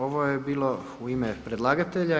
Ovo je bilo u ime predlagatelja.